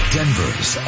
Denver's